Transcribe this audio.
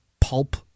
pulp